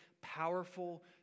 powerful